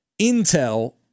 intel